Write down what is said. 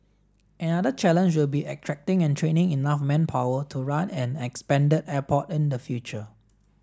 another challenge will be attracting and training enough manpower to run an expanded airport in the future